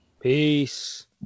Peace